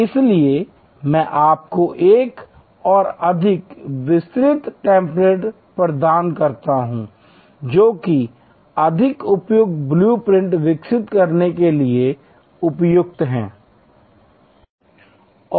इसलिए मैं आपको एक और अधिक विस्तृत टेम्पलेट प्रदान करता हूं जो कि अधिक उपयुक्त ब्लू प्रिंट विकसित करने के लिए उपयुक्त है